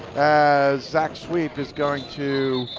as zach sweep is going to